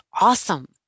awesome